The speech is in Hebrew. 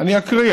אני אקריא.